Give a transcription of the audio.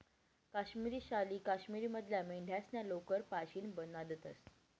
काश्मिरी शाली काश्मीर मधल्या मेंढ्यास्ना लोकर पाशीन बनाडतंस